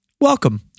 Welcome